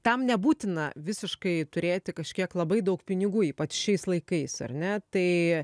tam nebūtina visiškai turėti kažkiek labai daug pinigų ypač šiais laikais ar ne tai